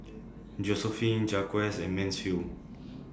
Josephine Jacquez and Mansfield